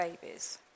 babies